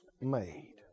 made